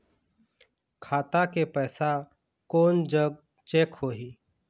खाता के पैसा कोन जग चेक होही?